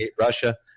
russia